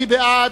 מי בעד?